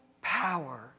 power